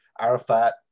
Arafat